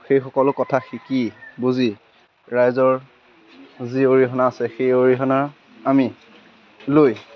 সেই সকলো কথা শিকি বুজি ৰাইজৰ যি অৰিহণা আছে সেই অৰিহণা আমি লৈ